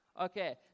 Okay